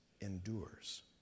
endures